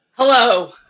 Hello